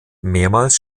mehrmals